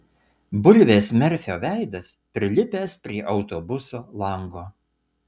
bulvės merfio veidas prilipęs prie autobuso lango